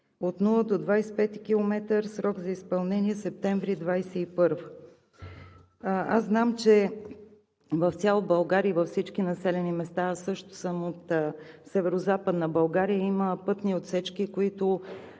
от 0 до 25 км – срок за изпълнение месец септември 2021 г. Знам, че в цяла България и във всички населени места, аз също съм от Северозападна България, има пътни отсечки, които